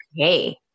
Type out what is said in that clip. okay